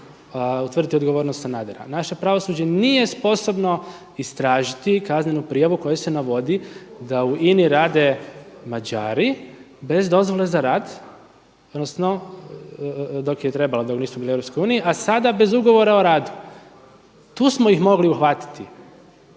utvrditi odgovornost Sanadera, naše pravosuđe nije sposobno istražiti kaznenu prijavu u kojoj se navodi da u INA-i rade Mađari bez dozvole za rad odnosno dok je trebalo, dobro nisu bili u Europskoj uniji, a sada bez ugovora o radu. Tu smo ih mogli uhvatiti.